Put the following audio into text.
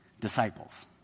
disciples